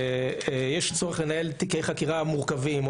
כשיש צורך לנהל תיקי חקירה מורכבים או